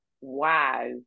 wow